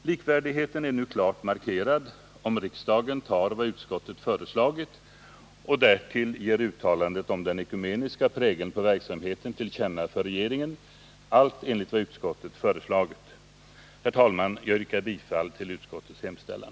Likvärdigheten är nu klart markerad, om riksdagen beslutar enligt utskottets förslag och därtill ger uttalandet om den ekumeniska prägeln för verksamheten till känna för regeringen — allt enligt vad utskottet föreslagit. Herr talman! Jag yrkar bifall till utskottets hemställan.